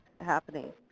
happening